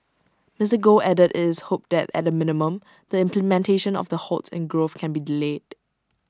Mister Goh added is hoped that at the minimum the implementation of the halts in growth can be delayed